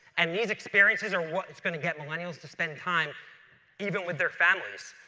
and these experiences are what's going to get millennials to spend time even with their families.